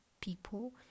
people